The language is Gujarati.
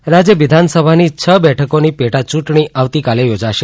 યૂંટણી રાજ્ય વિધાનસભાની છ બેઠકોની પેટાચૂંટણી આવતીકાલે યોજાશે